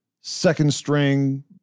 second-string